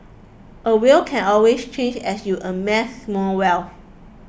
a will can always change as you amass more wealth